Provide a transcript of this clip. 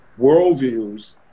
worldviews